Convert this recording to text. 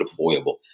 deployable